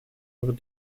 voor